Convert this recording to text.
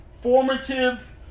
formative